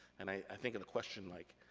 and i think of the question, like,